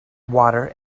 water